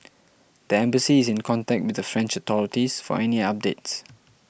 the embassy is in contact with the French authorities for any updates